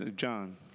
John